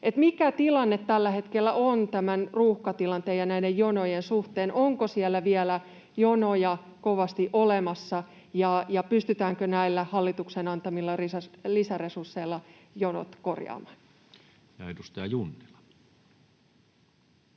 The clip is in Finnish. mikä tilanne tällä hetkellä on tämän ruuhkatilanteen ja näiden jonojen suhteen. Onko siellä vielä jonoja kovasti olemassa, ja pystytäänkö näillä hallituksen antamilla lisäresursseilla jonot korjaamaan? Ja edustaja Junnila.